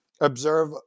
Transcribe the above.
observe